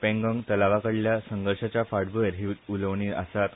पेंगोंग तलावाकडल्या संघर्षांच्या फांटभूयेर ही उलोवणी आसात